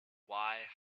why